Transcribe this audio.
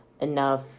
enough